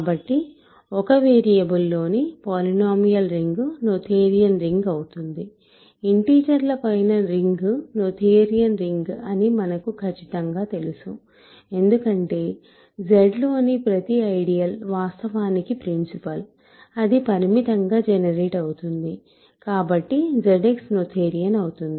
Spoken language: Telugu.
కాబట్టి ఒక వేరియబుల్ లోని పోలినోమీయల్ రింగ్ నోథేరియన్ రింగ్ అవుతుంది ఇంటీజర్ల పైన రింగ్ నోథేరియన్ అని మనకు ఖచ్చితంగా తెలుసు ఎందుకంటే Z లోని ప్రతి ఐడియల్ వాస్తవానికి ప్రిన్సిపల్ అది పరిమితంగా జనరేట్ అవుతుంది కాబట్టి ZX నోథేరియన్ అవుతుంది